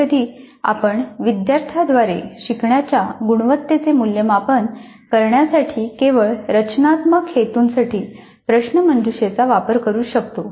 कधीकधी आपण विद्यार्थ्यांद्वारे शिकण्याच्या गुणवत्तेचे मूल्यमापन करण्यासाठी केवळ रचनात्मक हेतूंसाठी प्रश्नमंजुषेचा वापर करू शकतो